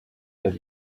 that